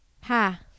Ha